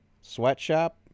sweatshop